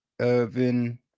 Irvin